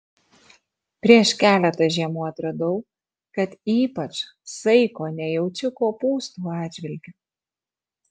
prieš keletą žiemų atradau kad ypač saiko nejaučiu kopūstų atžvilgiu